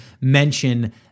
mention